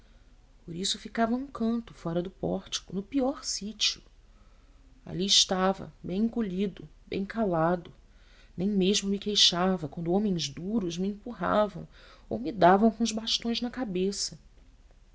por isso ficava a um canto fora do pórtico no pior sítio ali estava bem encolhido bem calado nem mesmo me queixava quando homens duros me empurravam ou me davam com os bastões na cabeça